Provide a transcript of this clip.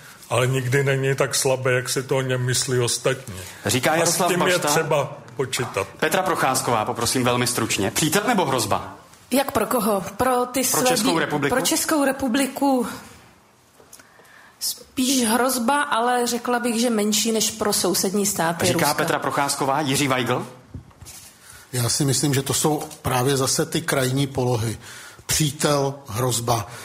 Ale nikdy není tak slabé, jak si to o něm myslí ostatní. Říká A s Jaroslav tím je Bašta. třeba počítat. Petra Procházková, poprosím velmi stručně. Přítel nebo hrozba? Jak pro koho? Pro ty Pro své- Českou republiku? pro Českou republiku. Spíš hrozba, ale řekla bych, že menší než pro sousední státy Říká Ruska. Petra Procházková, Jiří Weigl? Já si myslím, že to jsou právě zase ty krajní polohy. Přítel, hrozba.